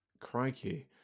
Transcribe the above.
crikey